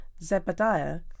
Zebadiah